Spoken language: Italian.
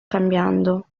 cambiando